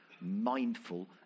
mindful